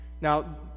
Now